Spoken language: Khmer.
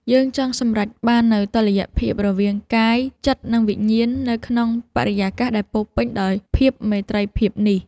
យើងចង់សម្រេចបាននូវតុល្យភាពរវាង កាយ ចិត្ត និងវិញ្ញាណ នៅក្នុងបរិយាកាសដែលពោរពេញដោយភាពមេត្រីភាពនេះ។